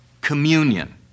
communion